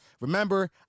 Remember